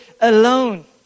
alone